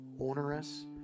onerous